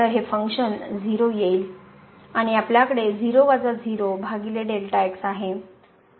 तर हे फंक्शन 0 होईल आणि आपल्याकडे आहे